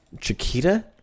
Chiquita